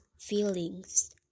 feelings